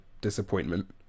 disappointment